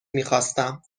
میخواستم